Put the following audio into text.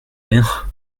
rien